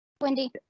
Wendy